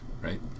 right